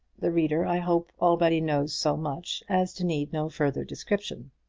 the reader, i hope, already knows so much as to need no further description.